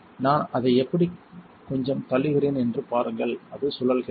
நான் அதை எப்படி கொஞ்சம் தள்ளுகிறேன் என்று பாருங்கள் அது சுழல்கிறது